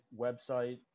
website